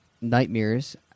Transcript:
Nightmares